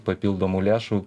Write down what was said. papildomų lėšų